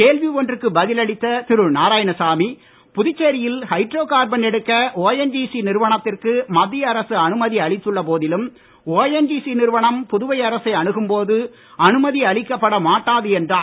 கேள்வி ஒன்றுக்கு பதில் அளித்த திரு நாராயணசாமி புதுச்சேரியில் ஹைட்ரோ கார்பன் எடுக்க ஒஎன்ஜிசி நிறுவனத்திற்கு மத்திய அரசு அனுமதி அளித்துள்ள போதிலும் ஒஎன்ஜிசி நிறுவனம் புதுவை அரசை அணுகும் போது அனுமதி அளிக்கப்பட மாட்டாது என்றார்